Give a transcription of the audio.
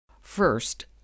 First